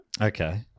Okay